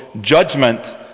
judgment